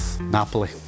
Napoli